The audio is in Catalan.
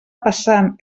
passant